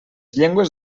llengües